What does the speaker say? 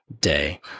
day